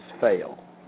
fail